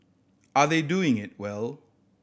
are they doing it well